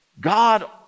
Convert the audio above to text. God-